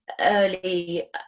early